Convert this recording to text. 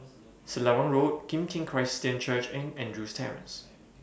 Selarang Road Kim Tian Christian Church and Andrews Terrace